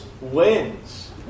wins